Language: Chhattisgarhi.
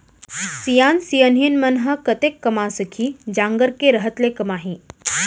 सियान सियनहिन मन ह कतेक कमा सकही, जांगर के रहत ले कमाही